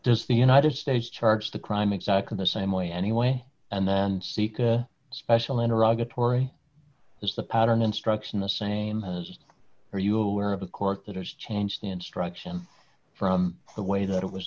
does the united states charge the crime exactly the same way anyway and then seek a special in a rugged tory is the pattern instruction the same as are you aware of a court that has changed the instruction from the way that it was